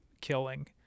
killing